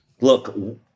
Look